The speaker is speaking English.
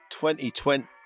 2020